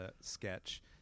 sketch